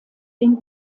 den